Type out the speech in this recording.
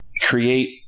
create